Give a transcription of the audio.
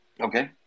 Okay